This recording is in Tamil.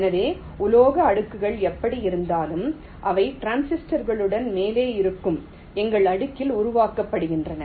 எனவே உலோக அடுக்குகள் எப்படியிருந்தாலும் அவை டிரான்சிஸ்டர்களுக்கு மேலே இருக்கும் எங்கள் அடுக்கில் உருவாக்கப்படுகின்றன